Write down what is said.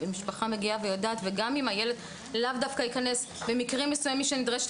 גם אם הילד במקרים מסוימים כשנדרשת